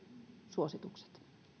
suositukset